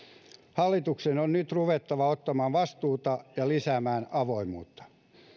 hallituksen on nyt ruvettava ottamaan vastuuta ja lisäämään avoimuutta